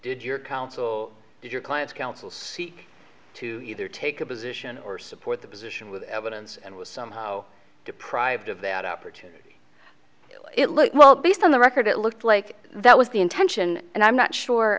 did your counsel your clients counsel seek to either take a position or support the position with evidence and was somehow deprived of that opportunity it looks well based on the record it looked like that was the intention and i'm not sure